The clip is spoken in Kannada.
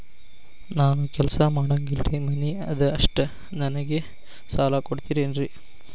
ನಾನು ಏನು ಕೆಲಸ ಮಾಡಂಗಿಲ್ರಿ ಮನಿ ಅದ ಅಷ್ಟ ನನಗೆ ಸಾಲ ಕೊಡ್ತಿರೇನ್ರಿ?